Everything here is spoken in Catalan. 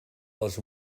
els